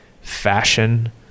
fashion